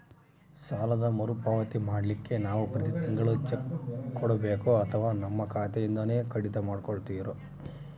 ಸಾಲದ ಮರುಪಾವತಿ ಮಾಡ್ಲಿಕ್ಕೆ ನಾವು ಪ್ರತಿ ತಿಂಗಳು ಚೆಕ್ಕು ಕೊಡಬೇಕೋ ಅಥವಾ ನಮ್ಮ ಖಾತೆಯಿಂದನೆ ಕಡಿತ ಮಾಡ್ಕೊತಿರೋ?